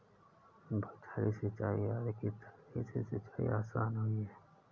बौछारी सिंचाई आदि की तकनीक से सिंचाई आसान हुई है